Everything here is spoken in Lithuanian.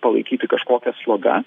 palaikyti kažkokia sloga